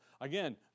Again